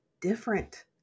different